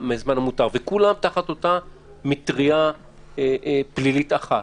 וכולם תחת אותה מטרייה פלילית אחת.